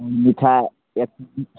मिठाइ एक